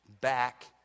back